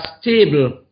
stable